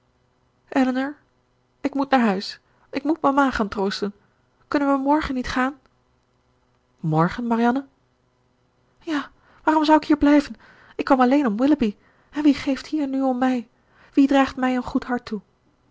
elinor ik moet naar huis ik moet mama gaan troosten kunnen we morgen niet gaan morgen marianne ja waarom zou ik hier blijven ik kwam alleen om willoughby en wie geeft hier nu om mij wie draagt mij een goed hart toe